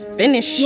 finish